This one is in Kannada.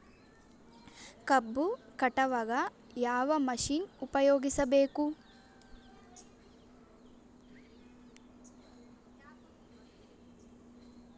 ಕಬ್ಬು ಕಟಾವಗ ಯಾವ ಮಷಿನ್ ಉಪಯೋಗಿಸಬೇಕು?